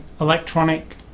electronic